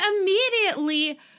immediately